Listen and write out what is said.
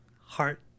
heart